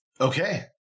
okay